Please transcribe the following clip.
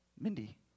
Mindy